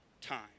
time